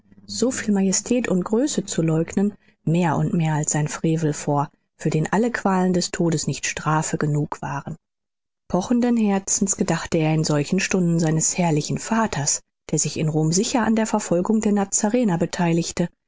so viel majestät und größe zu leugnen mehr und mehr als ein frevel vor für den alle qualen des todes nicht strafe genug waren pochenden herzens gedachte er in solchen stunden seines herrlichen vaters der sich in rom sicher an der verfolgung der nazarener betheiligte